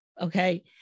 okay